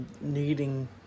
needing